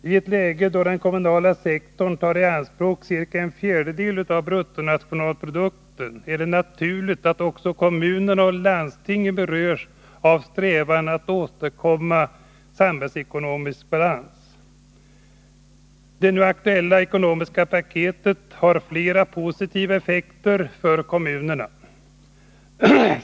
I ett läge då den kommunala sektorn tar i anspråk ca en fjärdedel av bruttonationalprodukten är det naturligt att också kommunerna och landstingen berörs av strävan att åstadkomma samhällsekonomisk balans. Det nu aktuella ekonomiska paketet har flera positiva effekter för kommunerna.